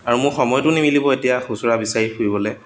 আৰু মোৰ সময়টো নিমিলিব এতিয়া খুচুৰা বিচাৰি ফুৰিবলৈ